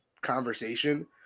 conversation